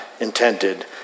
intended